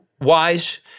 wise